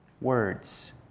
Words